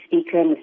speaker